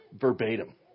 verbatim